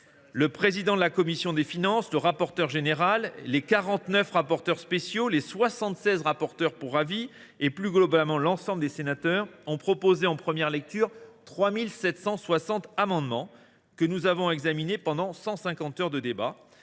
Le président de la commission des finances, le rapporteur général, les 49 rapporteurs spéciaux, les 76 rapporteurs pour avis et plus globalement l’ensemble des sénateurs ont proposé, en première lecture, 3 760 amendements que nous avons examinés pendant 150 heures de débats.